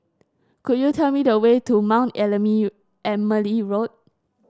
could you tell me the way to Mount Emily Road